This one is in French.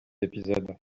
épisodes